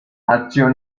acción